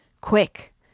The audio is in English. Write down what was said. Quick